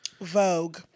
Vogue